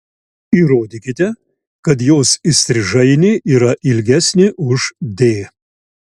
įrodykite kad jos įstrižainė yra ilgesnė už d